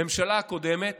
הממשלה הקודמת